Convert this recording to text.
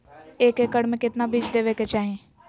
एक एकड़ मे केतना बीज देवे के चाहि?